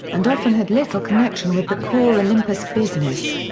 and often had little connection with the core olympus business.